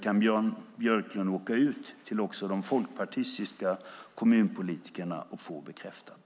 Jan Björklund kan åka ut till de folkpartistiska kommunpolitikerna och få detta bekräftat.